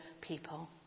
people